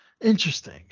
interesting